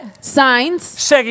Signs